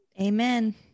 amen